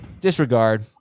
Disregard